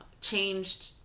changed